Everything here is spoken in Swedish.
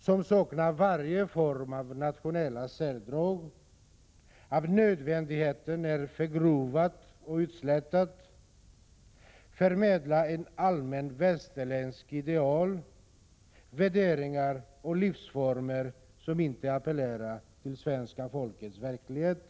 Den saknar varje form av nationella särdrag, den är av nödvändighet förgrovad och utslätad, den förmedlar ett allmänt västerländskt ideal och allmänna västerländska värderingar och livsformer, som inte är relaterade till svenska folkets verklighet.